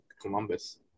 Columbus